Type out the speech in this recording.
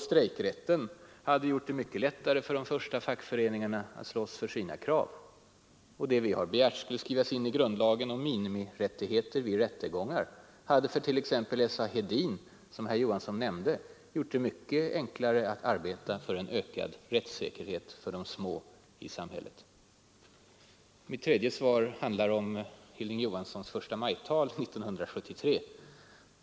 Strejkrätten hade gjort det mycket lättare för de första fackföreningarna att slåss för sina krav. Det vi har begärt skulle skrivas in i grundlagen om minimirättigheter vid rättegång hade för t.ex. S. A. Hedin, som herr Johansson nämnde, gjort det mycket enklare att arbeta för en ökad rättssäkerhet för de små i samhället. 3. Herr Johanssons förstamajtal 1973.